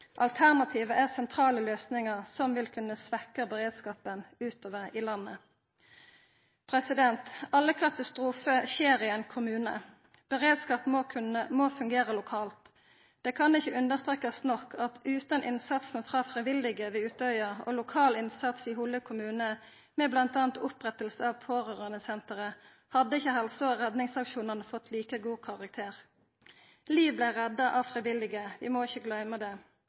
Alternativet er sentrale løysingar, som vil kunne svekka beredskapen utover i landet. Alle katastrofar skjer i ein kommune. Beredskap må fungera lokalt. Det kan ikkje understrekast nok at utan innsatsen frå frivillige ved Utøya og lokal innsats i Hole kommune, med bl.a. oppretting av pårørandesenteret, hadde ikkje helse- og redningsaksjonane fått like god karakter. Liv blei redda av frivillige, vi må ikkje gløyma det.